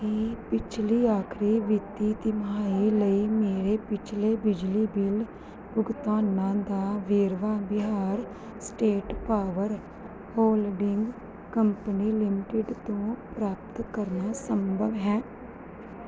ਕੀ ਪਿਛਲੀ ਆਖਰੀ ਵਿੱਤੀ ਤਿਮਾਹੀ ਲਈ ਮੇਰੇ ਪਿਛਲੇ ਬਿਜਲੀ ਬਿੱਲ ਭੁਗਤਾਨਾਂ ਦਾ ਵੇਰਵਾ Bihar state power holding company limited ਤੋਂ ਪ੍ਰਾਪਤ ਕਰਨਾ ਸੰਭਵ ਹੈ